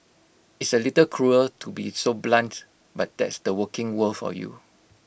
it's A little cruel to be so blunt but that's the working world for you